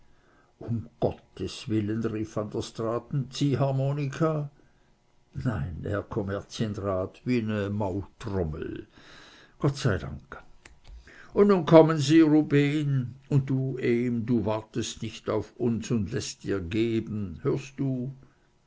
um gottes willen rief van der straaten ziehharmonika nein herr kommerzienrat wie ne maultrommel gott sei dank und nun kommen sie rubehn und du ehm du wartest nicht auf uns und läßt dir geben hörst du